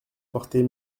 porter